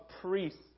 priests